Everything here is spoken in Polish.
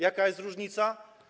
Jaka jest różnica?